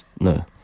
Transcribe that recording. no